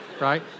Right